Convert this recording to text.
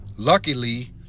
Luckily